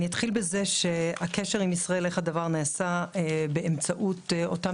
אתחיל באיך נעשה הקשר עם ישראל באמצעות אותם